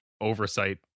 oversight